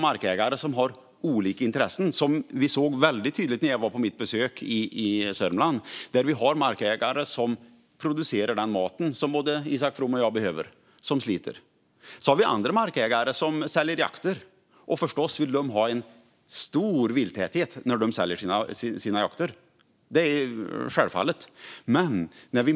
Markägare har olika intressen, vilket blev tydligt vid mitt besök i Sörmland. Vissa markägare producerar den mat som Isak From och jag behöver, medan andra säljer jakter och förstås vill ha mycket vilt på sina marker.